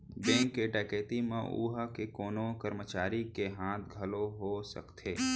bank के डकैती म उहां के कोनो करमचारी के हाथ घलौ हो सकथे